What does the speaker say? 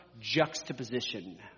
juxtaposition